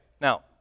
Now